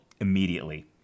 immediately